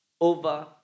over